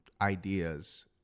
ideas